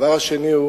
הדבר השני הוא